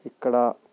ఇక్కడ